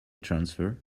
transfer